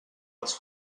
els